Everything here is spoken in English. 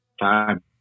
time